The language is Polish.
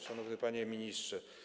Szanowny Panie Ministrze!